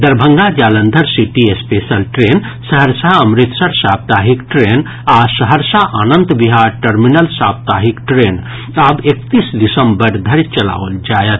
Darbhanga Jalandhar city special train Saharsa Amritsar साप्ताहिक train आ Saharsa Anand Vihar terminal साप्ताहिक ट्रेन आब एकतीस दिसंबर धरि चलाओल जायत